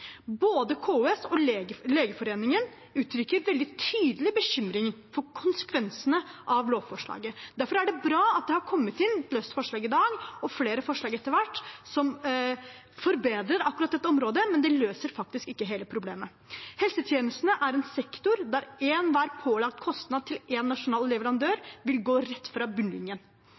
Både KS og Legeforeningen uttrykker veldig tydelig bekymring for konsekvensene av lovforslaget. Derfor er det bra at det har kommet inn et løst forslag i dag, og flere forslag etter hvert, som forbedrer akkurat dette området, men det løser faktisk ikke hele problemet. Helsetjenestene er en sektor der enhver pålagt kostnad til en nasjonal leverandør vil gå rett fra bunnlinjen.